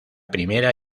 primera